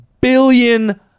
billion